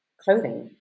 clothing